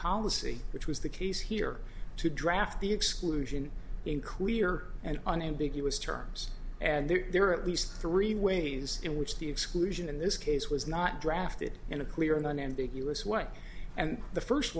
policy which was the case here to draft the exclusion in clear and unambiguous terms and there are at least three ways in which the exclusion in this case was not drafted in a clear and unambiguous way and the first